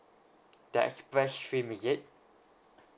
the express stream is it